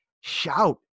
Shout